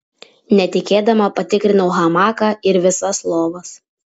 netikėdama patikrinau hamaką ir visas lovas